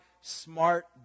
smart